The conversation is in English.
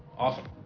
awesome.